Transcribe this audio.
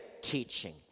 teaching